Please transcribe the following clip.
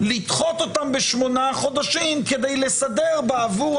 לדחות אותם בשמונה חודשים כדי לסדר עבור